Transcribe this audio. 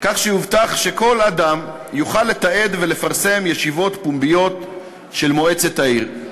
כך שיובטח שכל אדם יוכל לתעד ולפרסם ישיבות פומביות של מועצת העיר.